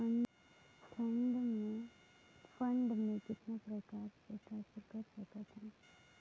Fund मे कतना प्रकार से ट्रांसफर कर सकत हन?